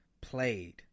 played